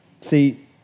See